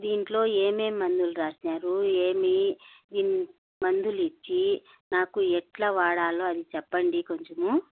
దీంట్లో ఏమేమి మందులు రాసినారు ఏమి మందులు ఇచ్చి నాకు ఎట్లా వాడాలో అది చెప్పండి కొంచెం